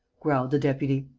growled the deputy.